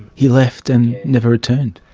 he left and never returned?